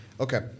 okay